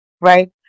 right